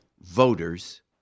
voters